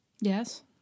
Yes